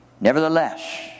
Nevertheless